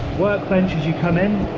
workbench as you come in,